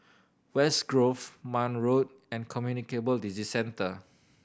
West Grove Marne Road and Communicable Disease Centre